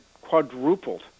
quadrupled